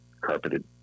carpeted